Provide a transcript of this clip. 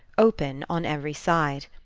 open on every side.